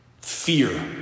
Fear